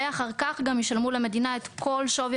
ואחר כך גם ישלמו למדינה את כל שווי